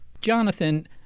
Jonathan